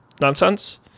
nonsense